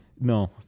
no